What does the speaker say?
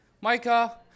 Micah